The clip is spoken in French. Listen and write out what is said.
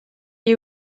est